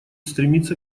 стремиться